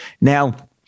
Now